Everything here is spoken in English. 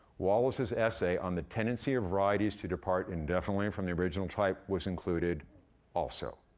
wallace's essay on the tendency of varieties to depart indefinitely from the original type was included also.